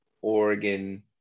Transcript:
oregon